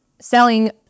selling